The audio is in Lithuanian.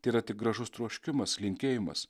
tėra tik gražus troškimas linkėjimas